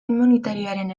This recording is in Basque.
immunitarioaren